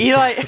Eli